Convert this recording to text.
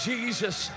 Jesus